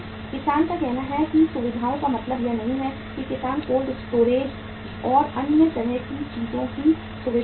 किसान का कहना है कि सुविधाओं का मतलब यह नहीं है कि किसान कोल्ड स्टोरेज और अन्य तरह की चीजों की सुविधा नहीं है